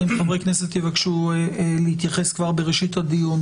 אם חברי כנסת יבקשו להתייחס כבר בראשית הדיון